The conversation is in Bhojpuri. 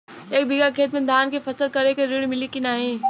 एक बिघा खेत मे धान के फसल करे के ऋण मिली की नाही?